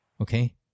Okay